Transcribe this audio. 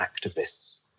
activists